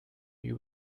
you